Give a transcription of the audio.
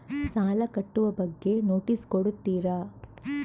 ಸಾಲ ಕಟ್ಟುವ ಬಗ್ಗೆ ನೋಟಿಸ್ ಕೊಡುತ್ತೀರ?